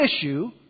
issue